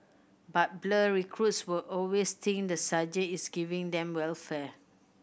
but blur recruits will always think the sergeant is giving them welfare